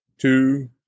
two